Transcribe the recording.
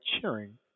cheering